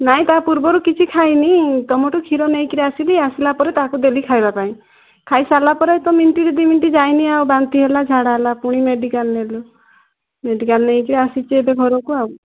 ନାଇଁ ତା ପୂର୍ବରୁ କିଛି ଖାଇନି ତମଠୁ କ୍ଷୀର ନେଇକରି ଆସିଲି ନେଇକି ଆସିଲା ପରେ ତାକୁ ଦେଲି ଖାଇବାପାଇଁ ଖାଇସାରିଲା ପରେ ତ ମିନିଟ କି ଦୁଇ ମିନିଟ ଯାଇନି ବାନ୍ତି ହେଲା ଝାଡ଼ା ହେଲା ପୁଣି ମେଡ଼ିକାଲ ନେଲି ମେଡ଼ିକାଲ ନେଇକି ଆସିଛି ଏବେ ଘରକୁ ଆଉ